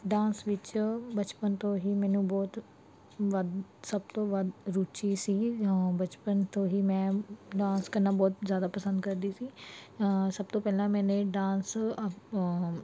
dance ਵਿੱਚ ਬਚਪਨ ਤੋਂ ਹੀ ਮੈਨੂੰ ਬਹੁਤ ਵੱਧ ਸਭ ਤੋਂ ਵੱਧ ਰੁਚੀ ਸੀਗੀ ਬਚਪਨ ਤੋਂ ਹੀ ਮੈਂ ਡਾਂਸ ਕਰਨਾ ਬਹੁਤ ਜ਼ਿਆਦਾ ਪਸੰਦ ਕਰਦੀ ਸੀ ਸਭ ਤੋਂ ਪਹਿਲਾਂ ਮੈਨੇ ਡਾਂਸ ਅ